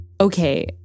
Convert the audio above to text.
Okay